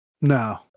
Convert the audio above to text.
No